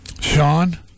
Sean